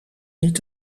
niet